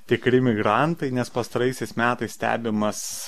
tikri migrantai nes pastaraisiais metais stebimas